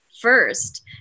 first